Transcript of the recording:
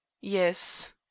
Yes